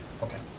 okay.